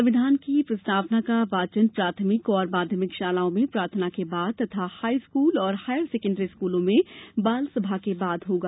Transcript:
संविधान की प्रस्तावना का वाचन प्राथमिक एवं माध्यमिक शालाओं में प्रार्थना के बाद तथा हाई स्कूल और हायर सेकेण्डरी स्कूलों में बाल सभा के बाद होगा